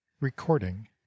Recording